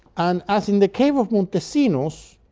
and, as in the cave of montesinos,